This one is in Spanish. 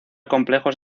complejos